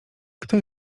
kto